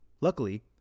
Luckily